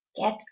Get